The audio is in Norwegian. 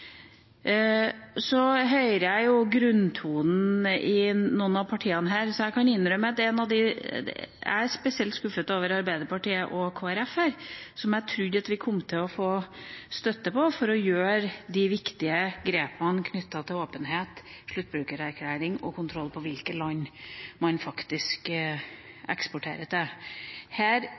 Så hører jeg grunntonen i noen av partiene her. Jeg kan innrømme at jeg er spesielt skuffet over Arbeiderpartiet og Kristelig Folkeparti, som jeg trodde at vi kom til å få støtte fra for å ta de riktige grepene knyttet til åpenhet, sluttbrukererklæring og kontroll med hvilke land man faktisk eksporterer til. Her